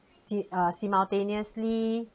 si~ uh simultaneously